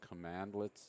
commandlets